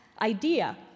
idea